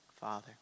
Father